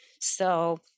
So-